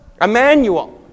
Emmanuel